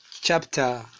Chapter